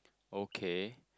okay